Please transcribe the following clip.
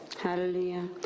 Hallelujah